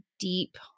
deep